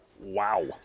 Wow